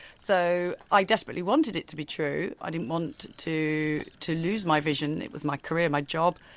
so i desperately wanted it to be true, i didn't want to to lose my vision, it was my career, my job,